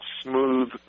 smooth